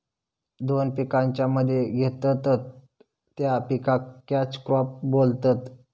दोन पिकांच्या मध्ये घेतत त्या पिकाक कॅच क्रॉप बोलतत